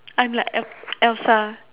I'm like El~ Elsa